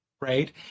right